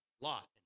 Lot